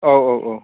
औ औ औ